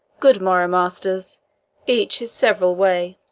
good morrow, masters each his several way.